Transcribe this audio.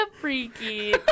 freaky